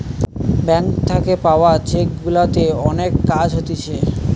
bank থাকে পাওয়া cheque গুলাতে অনেক কাজ হতিছে